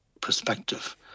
perspective